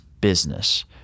business